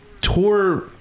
tour